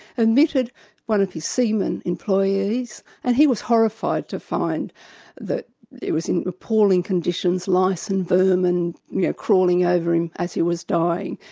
admitted one of his seamen employees and he was horrified to find that he was in appalling conditions, lice and vermin you know crawling over him as he was dying,